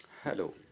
Hello